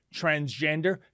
transgender